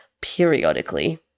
periodically